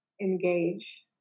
engage